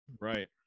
Right